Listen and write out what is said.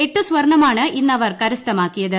എട്ട് സർണ്ണമാണ് ഇന്നവർ കരസ്ഥമാക്കിയത്